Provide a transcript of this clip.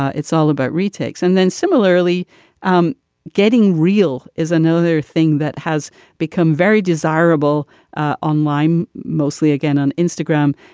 it's all about retakes and then similarly um getting real is another thing that has become very desirable online mostly again on instagram.